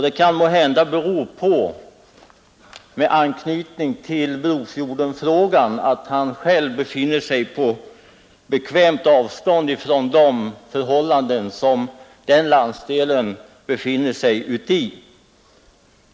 Det kan måhända bero på — med anknytning till Brofjordenfrågan — att han själv är på bekvämt avstånd från de förhållanden som den landsdelen befinner sig i.